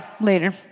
later